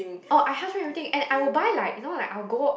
oh I house brand everything and I will buy like you know like I will go